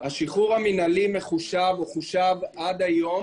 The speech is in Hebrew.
השחרור המינהלי מחושב וחושב עד היום